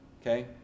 okay